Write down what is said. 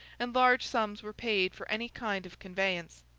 and large sums were paid for any kind of conveyance.